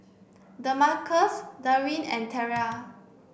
Demarcus Darwyn and Terell